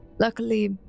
luckily